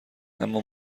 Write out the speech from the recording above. اما